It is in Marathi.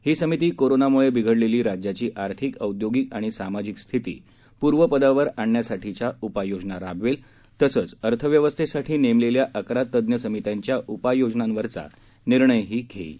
ही समिती कोरोनामुळे बिघडलेली राज्याची आर्थिक औद्योगिक आणि सामाजिक स्थिती पूर्वपदावर आणण्यासाठीच्या उपाययोजना राबवेल तसंच अर्थव्यवस्थेसाठी नेमलेल्या अकरा तज्ञ समित्यांच्या उपाययोजनांवरचा निर्णयही घेईल